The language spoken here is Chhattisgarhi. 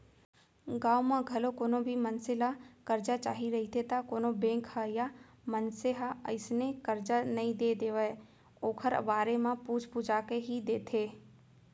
गाँव म घलौ कोनो भी मनसे ल करजा चाही रहिथे त कोनो बेंक ह या मनसे ह अइसने करजा नइ दे देवय ओखर बारे म पूछ पूछा के ही देथे